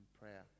prayer